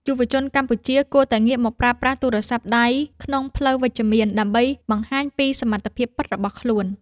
យុវជនកម្ពុជាគួរតែងាកមកប្រើប្រាស់ទូរស័ព្ទដៃក្នុងផ្លូវវិជ្ជមានដើម្បីបង្ហាញពីសមត្ថភាពពិតរបស់ខ្លួន។